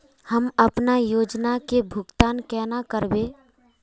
हम अपना योजना के भुगतान केना करबे?